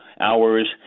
Hours